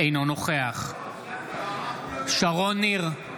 אינו נוכח שרון ניר,